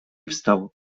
wstał